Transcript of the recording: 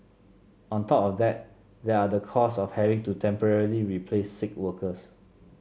on top of that there are the costs of having to temporarily replace sick workers